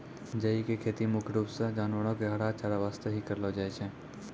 जई के खेती मुख्य रूप सॅ जानवरो के हरा चारा वास्तॅ हीं करलो जाय छै